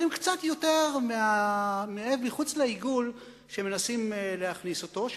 אבל הן קצת מחוץ לעיגול שמנסים להכניס אותו אליו,